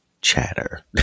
chatter